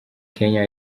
kenya